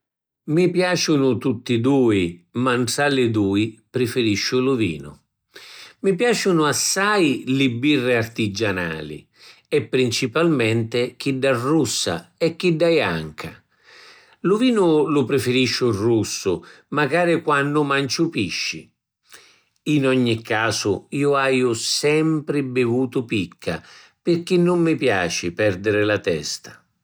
Mi piaciunu tutti dui, ma ntra li dui prifirisciu lu vinu. Mi piaciunu assai li birri artigianali e principalmenti chidda russa e chidda janca. Lu vinu lu prifirisciu russu macari quannu manciu pisci. In ogni casu ju aju sempri bivutu picca pirchì nun mi piaci perdiri la testa.